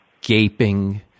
gaping